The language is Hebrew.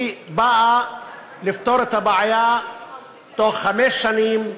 היא באה לפתור את הבעיה בתוך חמש שנים,